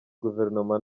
guverinoma